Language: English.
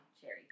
cherry